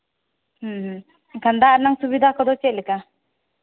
ᱦᱮᱸ ᱮᱱᱠᱷᱟᱱ ᱫᱟᱜ ᱨᱮᱱᱟᱜ ᱥᱩᱵᱤᱫᱷᱟ ᱠᱚᱫᱚ ᱪᱮᱫ ᱞᱮᱠᱟ